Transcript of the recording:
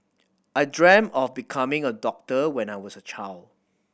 I dreamt of becoming a doctor when I was a child